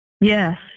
Yes